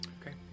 Okay